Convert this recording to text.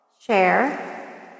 Share